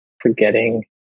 forgetting